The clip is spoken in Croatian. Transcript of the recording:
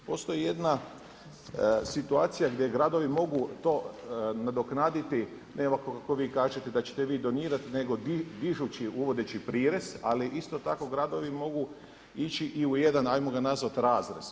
Postoji jedna situacija gdje gradovi mogu to nadoknaditi, ne ovako kako vi kažete da ćete vi donirati, nego dižući uvodeći prirez, ali isto tako gradovi mogu ići i u jedan, ajmo ga nazvati razrez.